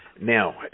Now